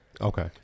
Okay